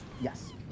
Yes